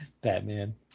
Batman